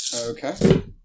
Okay